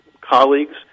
colleagues